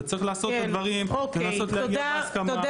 וצריך לעשות את הדברים ולנסות להגיע להסכמה.